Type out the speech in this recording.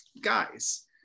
guys